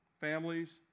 families